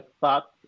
thought